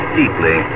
deeply